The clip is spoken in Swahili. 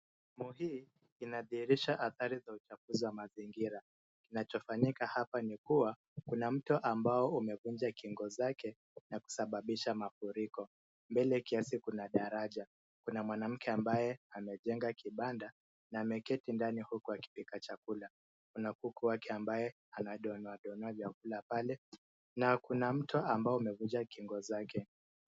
Sehemu hii inadhirisha hatari za uchafuzi wa mazingira. Kinachofanyika hapa ni kuwa kuna mto ambao umevunja kingo zake na kusababisha mafuriko. Mbele kiasi kuna daraja, kuna mwanamke ambaye amejenga kibanda na ameketi ndani huku akipika chakula. Kuna kuku wake ambaye anadua donua vyakula pale na kuna mto ambao umevunja kingo zake.